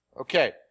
Okay